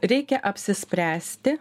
reikia apsispręsti